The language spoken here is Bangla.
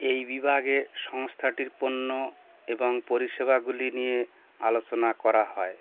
এই বিভাগে সংস্থাটির পণ্য এবং পরিষেবাগুলি নিয়ে আলোচনা করা হয়